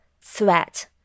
threat